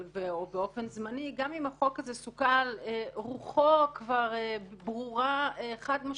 או באופן זמני רוחו כבר ברורה, חד-משמעית,